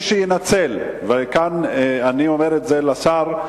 מי שינצל, ואני אומר את זה לשר,